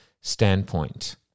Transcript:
standpoint